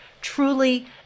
truly